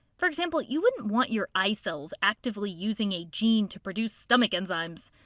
for example, you wouldn't want your eye cells actively using a gene to produce stomach enzymes.